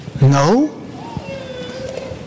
No